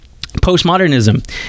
postmodernism